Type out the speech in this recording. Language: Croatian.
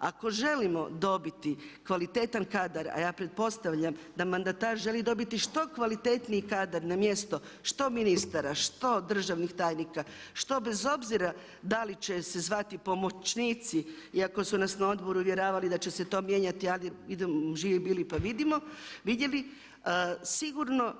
Ako želimo dobiti kvalitetan kadar a ja pretpostavljam da mandatar želi dobiti što kvalitetniji kadar na mjesto što ministara, što državni tajnika, što bez obzira da li će se zvati pomoćnici iako su nas na odboru uvjeravali da će se to mijenjati ali živi bili pa vidjeli, sigurno